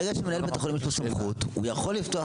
ברגע שלמנהל בית החולים יש סמכות הוא יכול לפתוח